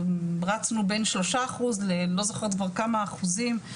רצנו בין שלושה אחוז ללא זוכרת כבר כמה אחוזים,